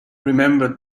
remembered